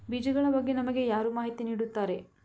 ಬೀಜಗಳ ಬಗ್ಗೆ ನಮಗೆ ಯಾರು ಮಾಹಿತಿ ನೀಡುತ್ತಾರೆ?